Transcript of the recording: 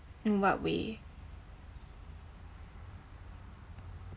in what way